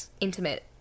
intimate